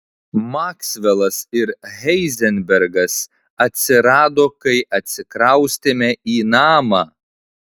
maksvelas ir heizenbergas atsirado kai atsikraustėme į namą